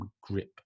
grip